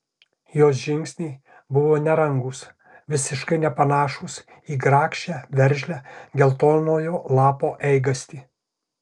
jos žingsniai buvo nerangūs visiškai nepanašūs į grakščią veržlią geltonojo lapo eigastį